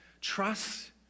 trust